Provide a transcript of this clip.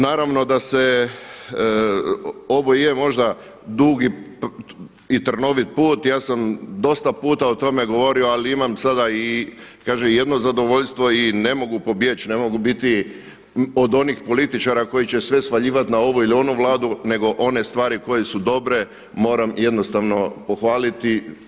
Naravno da se ovo je možda dugi i trnovit put, ja sam dosta puta o tome govorio, ali imam sada jedno zadovoljstvo i ne mogu pobjeći, ne mogu biti od onih političara koji će sve svaljivati na ovu ili na onu vladu nego one stvari koje su dobre moram jednostavno pohvaliti.